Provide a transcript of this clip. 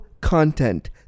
content